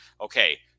okay